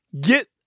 Get